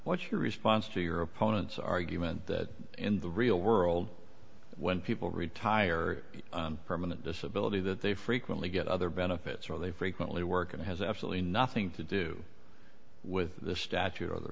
what's your response to your opponent's argument that in the real world when people retire on permanent disability that they frequently get other benefits or they frequently work and has absolutely nothing to do with the statute or the